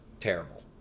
Terrible